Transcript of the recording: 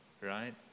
Right